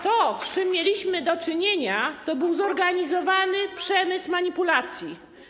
To, z czym mieliśmy do czynienia, to był zorganizowany przemysł manipulacji.